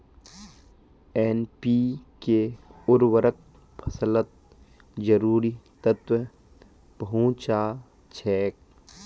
NPK उर्वरक फसलत जरूरी तत्व पहुंचा छेक